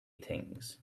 things